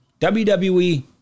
WWE